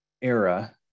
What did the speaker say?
era